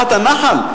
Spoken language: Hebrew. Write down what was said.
מח"ט הנח"ל,